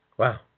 Wow